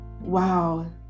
wow